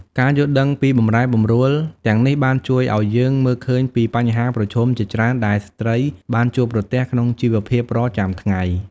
ការយល់ដឹងពីបម្រែបម្រួលទាំងនេះបានជួយឱ្យយើងមើលឃើញពីបញ្ហាប្រឈមជាច្រើនដែលស្ត្រីបានជួបប្រទះក្នុងជីវភាពប្រចាំថ្ងៃ។